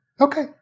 Okay